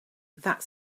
that